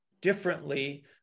differently